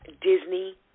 Disney